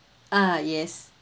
ah yes